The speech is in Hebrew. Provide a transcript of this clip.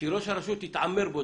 כי ראש הרשות התעמר בו,